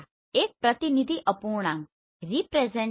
પહેલા એક પ્રતિનિધિ અપૂર્ણાંક RF છે